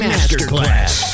Masterclass